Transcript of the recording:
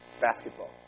basketball